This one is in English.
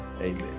Amen